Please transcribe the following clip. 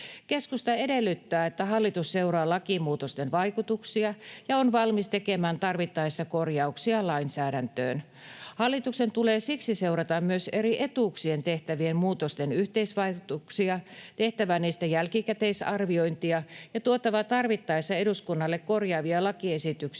Keskusta edellyttää, että hallitus seuraa lakimuutosten vaikutuksia ja on valmis tekemään tarvittaessa korjauksia lainsäädäntöön. Hallituksen tulee siksi seurata myös eri etuuksiin tehtävien muutosten yhteisvaikutuksia, tehdä niistä jälkikäteisarviointia ja tuoda tarvittaessa eduskunnalle korjaavia lakiesityksiä,